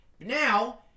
Now